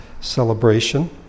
celebration